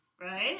Right